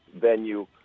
venue